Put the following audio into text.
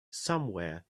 somewhere